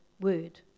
word